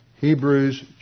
Hebrews